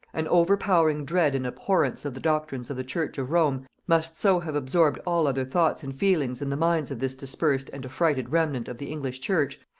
an overpowering dread and abhorrence of the doctrines of the church of rome must so have absorbed all other thoughts and feelings in the minds of this dispersed and affrighted remnant of the english church,